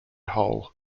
whole